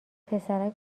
پسرک